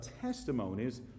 testimonies